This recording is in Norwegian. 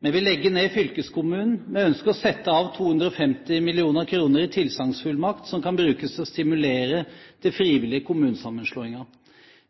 Vi vil legge ned fylkeskommunen. Vi ønsker å sette av 250 mill. kr i tilsagnsfullmakt som kan brukes til å stimulere til frivillige kommunesammenslåinger.